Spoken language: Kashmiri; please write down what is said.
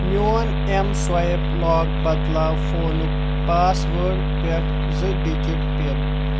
میون ایٚم سٕوایپ لاک بدلاو فونُک پاس وٲڈ پٮ۪ٹھ زٕ ڈجٹ پِن